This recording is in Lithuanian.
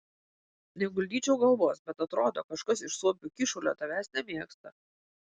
neguldyčiau galvos bet atrodo kažkas iš suopių kyšulio tavęs nemėgsta